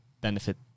benefit